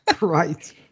Right